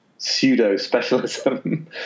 pseudo-specialism